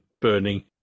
burning